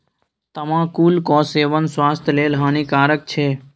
तमाकुलक सेवन स्वास्थ्य लेल हानिकारक छै